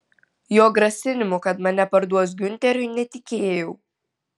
jo grasinimu kad mane parduos giunteriui netikėjau